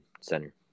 center